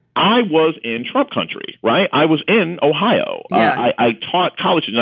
i was in trump country, right? i was in ohio. i taught college.